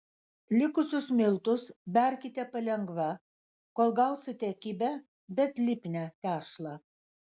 likusius miltus berkite palengva kol gausite kibią bet lipnią tešlą